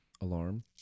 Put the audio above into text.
alarm